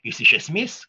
jis iš esmės